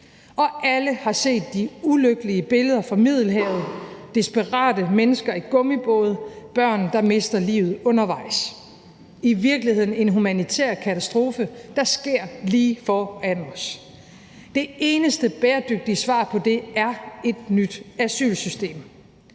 Alle har set de ulykkelige billeder fra Middelhavet – desperate mennesker i gummibåde, børn, der mister livet undervejs: i virkeligheden en humanitær katastrofe, der sker lige foran os. Det eneste bæredygtige svar på det er et nyt asylsystem,